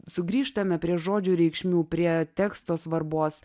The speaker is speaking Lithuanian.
sugrįžtame prie žodžių reikšmių prie teksto svarbos